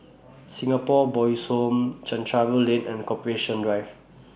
Singapore Boys' Home Chencharu Lane and Corporation Drive